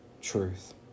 truth